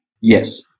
Yes